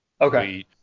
Okay